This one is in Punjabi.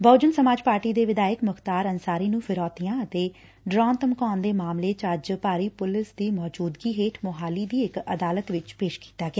ਬਹੁਜਨ ਸਮਾਜ ਪਾਰਟੀ ਦੇ ਵਿਧਾਇਕ ਮੁਖ਼ਤਾਰ ਅੰਸਾਰੀ ਨੂੰ ਫਿਰੌਤੀਆਂ ਅਤੇ ਡਰਾਉਣ ਧਮਕਾਉਣ ਦੇ ਮਾਮਲੇ ਚ ਅੱਜ ਭਾਰੀ ਪੁਲਿਸ ਦੀ ਮੌਜੂਦਗੀ ਹੇਠ ਮੁਹਾਲੀ ਦੀ ਇਕ ਅਦਾਲਤ ਵਿਚ ਪੇਸ਼ ਕੀਤਾ ਗਿਆ